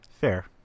Fair